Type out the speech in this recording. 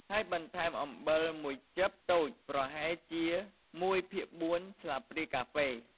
ហើយបន្ថែមអំបិលមួយចិបតូច ប្រហែលជា ១ភាគ៤ ស្លាបព្រាកាហ្វេ។